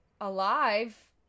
alive